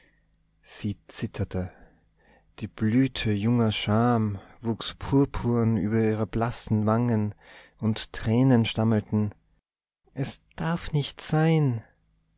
sie zitterte die blüte junger scham wuchs purpurn über ihre blassen wangen und tränen stammelten es darf nicht sein